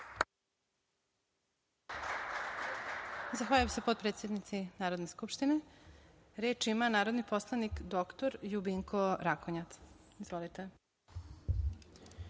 Zahvaljujem se, potpredsednici Narodne skupštine. Reč ima narodni poslanik dr Ljubinko Rakonjac. Izvolite.